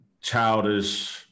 childish